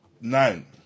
nine